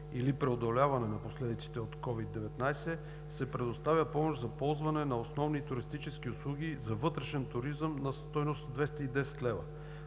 или преодоляване на последиците от COVID-19, се предоставя помощ за ползване на основни туристически услуги за вътрешен туризъм на стойност 210 лв.